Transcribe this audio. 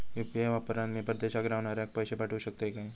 UPI वापरान मी परदेशाक रव्हनाऱ्याक पैशे पाठवु शकतय काय?